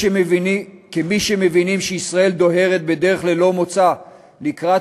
כמי שמבינים שישראל דוהרת בדרך ללא מוצא לקראת